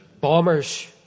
Bombers